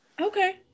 Okay